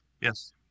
Yes